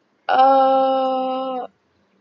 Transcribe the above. uh